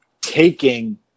taking